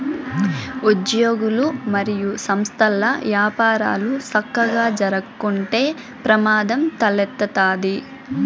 ఉజ్యోగులు, మరియు సంస్థల్ల యపారాలు సక్కగా జరక్కుంటే ప్రమాదం తలెత్తతాది